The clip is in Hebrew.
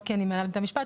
לא כי אני ממנהלת המשפט,